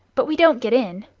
but we don't get in.